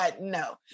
No